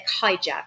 hijack